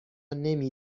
نمی